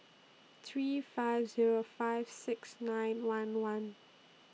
three five Zero five six nine one one